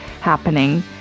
happening